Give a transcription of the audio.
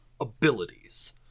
abilities